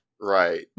Right